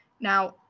Now